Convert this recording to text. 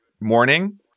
morning